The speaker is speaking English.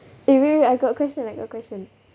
eh wait wait I got question I got question